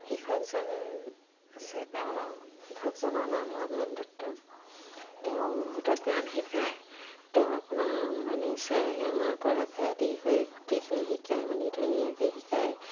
শিক্ষকজন আছে তেওঁ শিক্ষকজনৰ নাম ৰমেন দত্ত তেওঁ বহুতো গান শিকায় তেওঁ আপোনাৰ আৰম্ভণি সা ৰে গা মাৰ পৰা আদি কৰি গোটেইখিনি শিকায় মেলি ধুনীয়াকৈ শিকায়